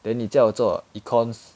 then 你叫我做 econs